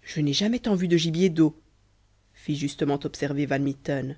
je n'ai jamais tant vu de gibier d'eau fit justement observer van mitten